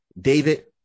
David